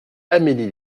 amélie